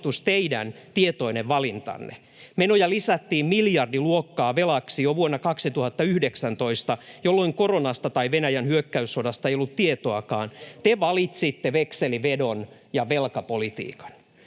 teidän tietoinen valintanne. Menoja lisättiin miljardiluokkaa velaksi jo vuonna 2019, jolloin koronasta tai Venäjän hyökkäyssodasta ei ollut tietoakaan. Te valitsitte vekselivedon ja velkapolitiikan.